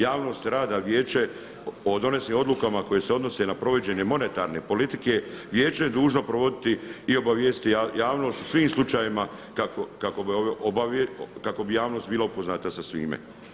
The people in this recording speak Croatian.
Javnost rada vijeća o donesenim odlukama koje se odnose na provođenje monetarne politike vijeće je dužno provoditi i obavijestiti javnost u svim slučajevima kako bi javnost bila upoznata sa svime.